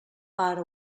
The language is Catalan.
pare